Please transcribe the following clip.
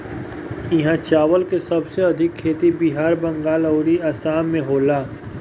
इहा चावल के सबसे अधिका खेती बिहार, बंगाल अउरी आसाम में होला